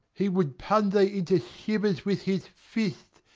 he would pun thee into shivers with his fist,